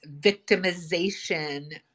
victimization